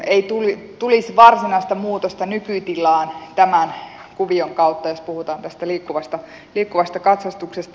elikkä ei tulisi varsinaista muutosta nykytilaan tämän kuvion kautta jos puhutaan tästä liikkuvasta katsastuksesta